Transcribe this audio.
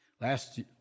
Last